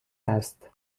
است